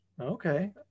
okay